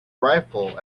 rifle